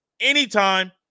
anytime